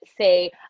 say